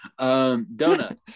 Donut